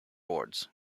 boards